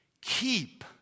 Keep